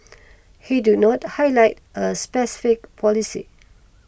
he do not highlight a specific policy